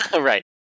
Right